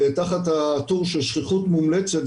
תחת הטור של שכיחות מומלצת,